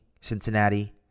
Cincinnati